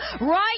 right